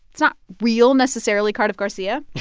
it's not real necessarily, cardiff garcia